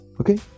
Okay